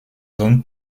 zones